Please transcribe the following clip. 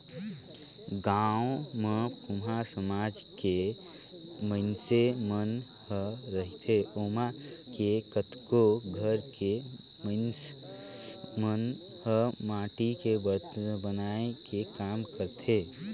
गाँव म कुम्हार समाज के मइनसे मन ह रहिथे ओमा के कतको घर के मइनस मन ह माटी के बरतन बनाए के काम करथे